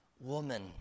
Woman